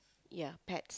ya pet